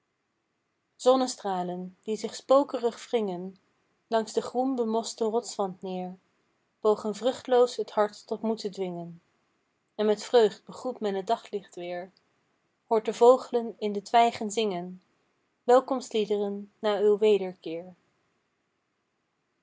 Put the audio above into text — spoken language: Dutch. zonnestralen die zich spokerig wringen langs den groen bemosten rotswand neer pogen vruchtloos t hart tot moed te dwingen en met vreugd begroet men t daglicht weer hoort de vogelen in de twijgen zingen welkomstliederen na uw wederkeer